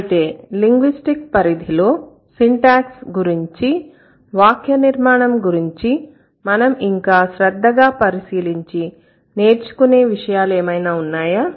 అయితే లింగ్విస్టిక్స్ పరిధిలో సింటాక్స్ గురించి వాక్య నిర్మాణం గురించి మనం ఇంకా శ్రద్ధగా పరిశీలించి నేర్చుకునే విషయాలు ఏమైనా ఉన్నాయా